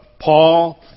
Paul